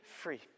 free